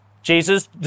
Jesus